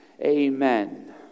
Amen